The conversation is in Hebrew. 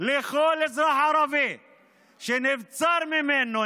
לכל אזרח ערבי שנבצר ממנו,